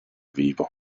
vivo